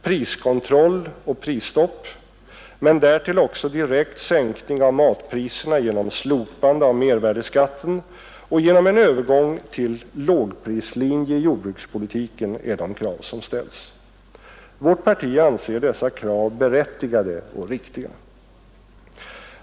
Priskontroll och prisstopp, men därtill också direkt sänkning av matpriserna genom slopande av mervärdeskatten och genom övergång till en lågprislinje i jordbrukspolitiken, är de krav som ställs. Vårt parti anser dessa krav berättigade och riktiga.